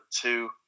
two